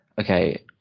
okay